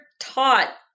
taught